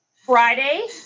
Friday